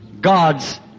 God's